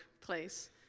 place